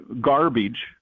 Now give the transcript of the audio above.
garbage